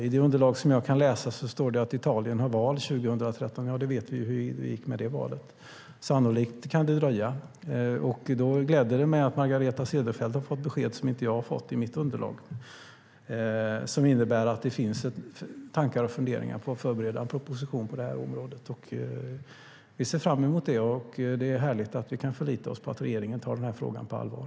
I det underlag som jag kan läsa står det att Italien har val 2013, och vi vet hur det gick med det valet. Sannolikt kan det dröja. Det gläder mig då att Margareta Cederfelt har fått besked som inte jag har fått i mitt underlag som innebär att det finns tankar och funderingar på att förbereda en proposition på detta område. Vi ser fram emot det, och det är härligt att vi kan förlita oss på att regeringen tar frågan på allvar.